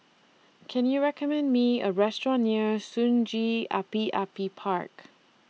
Can YOU recommend Me A Restaurant near Sungei Api Api Park